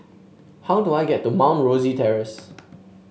how do I get to Mount Rosie Terrace